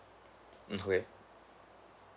okay